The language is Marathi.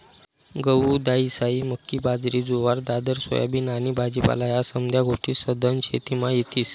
गहू, दायीसायी, मक्की, बाजरी, जुवार, दादर, सोयाबीन आनी भाजीपाला ह्या समद्या गोष्टी सधन शेतीमा येतीस